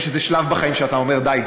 יש איזה שלב בחיים שאתה אומר: די,